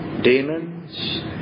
demons